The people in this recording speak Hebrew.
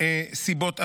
סיבות אחרות.